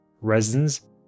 resins